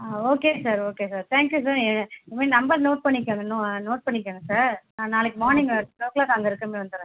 okay sir okay sir thank you sir இது மாதிரி number note பண்ணிக்கோங்க நோட் பண்ணிக்கோங்க சார் நான் நாளைக்கு மார்னிங் எய்ட் ஓ க்ளாக் அங்கே இருக்கிற மாதிரி வந்துடுற